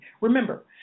Remember